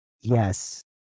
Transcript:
Yes